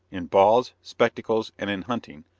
in balls, spectacles and in hunting,